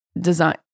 design